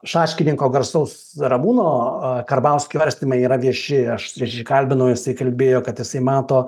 šaškininko garsaus ramūno karbauskio svarstymai yra vieši aš prikalbinau jisai kalbėjo kad jisai mato